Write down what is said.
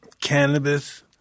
cannabis